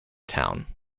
town